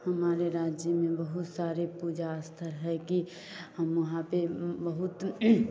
हमारे राज्य में बहुत सारे पूजा स्थल हैं कि हम वहाँ पर बहुत